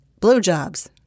blowjobs